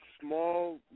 small